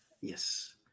Yes